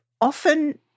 often